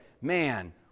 man